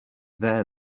there